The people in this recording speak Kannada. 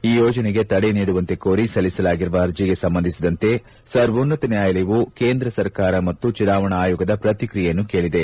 ಈ ಯೋಜನೆಗೆ ತಡೆ ನೀಡುವಂತೆ ಕೋರಿ ಸಲ್ಲಿಸಲಾಗಿರುವ ಅರ್ಜೆಗೆ ಸಂಬಂಧಿಸಿದಂತೆ ಸರ್ವೋನ್ನತ ನ್ಯಾಯಾಲಯವು ಕೇಂದ್ರ ಸರ್ಕಾರ ಮತ್ತು ಚುನಾವಣಾ ಆಯೋಗದ ಪ್ರತಿಕ್ರಿಯೆಯನ್ನು ಕೇಳಿದೆ